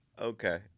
okay